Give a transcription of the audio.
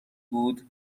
بود